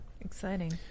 Exciting